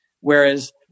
Whereas